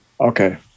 Okay